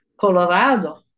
Colorado